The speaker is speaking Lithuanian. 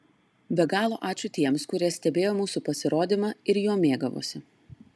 be galo ačiū tiems kurie stebėjo mūsų pasirodymą ir juo mėgavosi